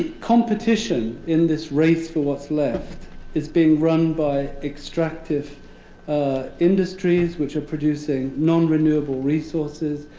competition in this race for what's left is being run by extractive industries which are producing nonrenewable resources.